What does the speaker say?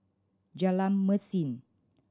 Jalan Mesin